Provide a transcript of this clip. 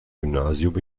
gymnasium